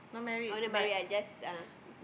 oh not married ah just uh